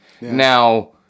Now